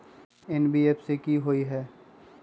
NBFC कि होअ हई?